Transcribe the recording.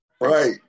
right